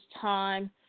time